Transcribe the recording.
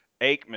Aikman